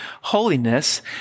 holiness